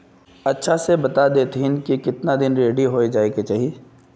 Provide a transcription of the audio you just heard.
अच्छा से बता देतहिन की कीतना दिन रेडी होबे जाय के चही?